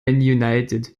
united